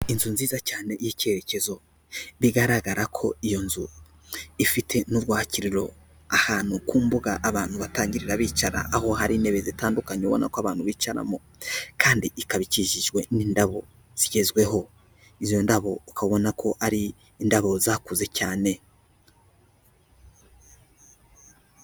Inzu nziza cyane y'icyerekezo, bigaragara ko iyo nzu ifite n'urwakiriro ahantu ku mbuga abantu batangirira bicara, aho hari intebe zitandukanye ubona ko abantu bicaramo kandi ikaba ikikijwe n'indabo zigezweho, izo ndabo ukabona ko ari indabo zakuze cyane.